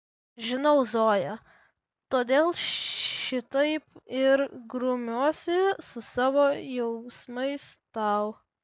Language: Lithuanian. žinau zoja todėl šitaip ir grumiuosi su savo jausmais tau